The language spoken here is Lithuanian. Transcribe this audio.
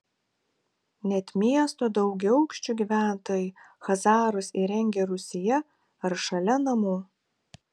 net miesto daugiaaukščių gyventojai chazarus įrengia rūsyje ar šalia namų